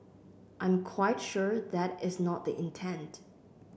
I'm quite sure that is not the intent